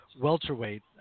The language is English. welterweight